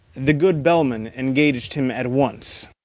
the good bellman engaged him at once.